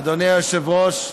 אדוני היושב-ראש,